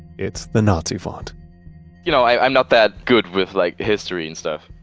it's the nazi font you know i'm not that good with like history and stuff,